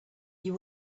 you